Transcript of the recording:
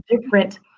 different